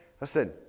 Listen